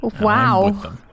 Wow